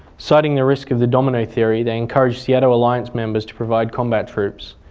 citing the risk of the domino theory, they encouraged seato alliance members to provide combat troops